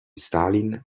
stalin